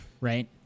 Right